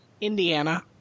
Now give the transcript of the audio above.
indiana